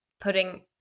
putting